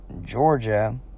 Georgia